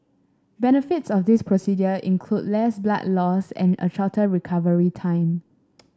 benefits of this procedure include less blood loss and a shorter recovery time